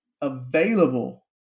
available